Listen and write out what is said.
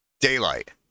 Daylight